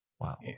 Wow